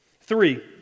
Three